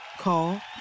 Call